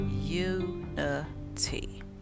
Unity